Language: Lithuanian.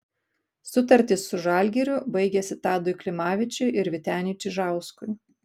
sutartys su žalgiriu baigėsi tadui klimavičiui ir vyteniui čižauskui